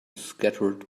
scattered